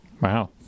Wow